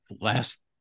last